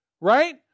Right